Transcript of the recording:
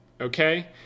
okay